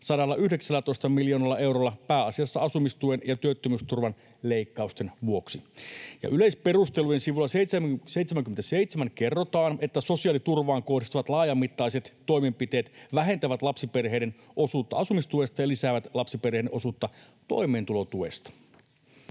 119 miljoonalla eurolla pääasiassa asumistuen ja työttömyysturvan leikkausten vuoksi. Yleisperustelujen sivulla 77 kerrotaan, että sosiaaliturvaan kohdistuvat laajamittaiset toimenpiteet vähentävät lapsiperheiden osuutta asumistuesta ja lisäävät lapsiperheiden osuutta toimeentulotuesta.